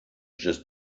just